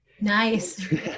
Nice